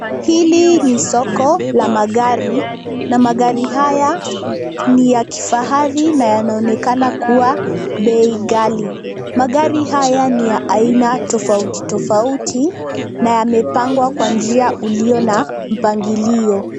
Hili ni soko la magari, na magari haya ni ya kifahari na yanaonekana kuwa bei ghali. Magari haya ni ya aina tofauti tofauti, na yamepangwa kwa njia ulio na mpangilio.